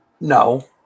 No